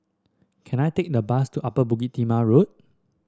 can I take a bus to Upper Bukit Timah Road